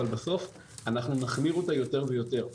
אבל בסוף אנחנו נחמיר אותה יותר ויותר.